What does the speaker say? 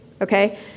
okay